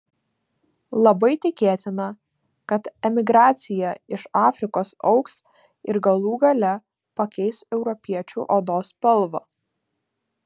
labai tikėtina kad emigracija iš afrikos augs ir galų gale pakeis europiečių odos spalvą